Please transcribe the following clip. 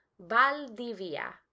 Valdivia